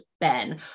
Ben